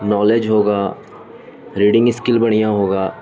knowledge ہوگا reading skill بڑھیا ہوگا